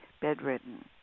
bedridden